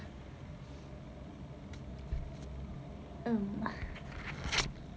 mm